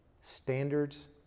standards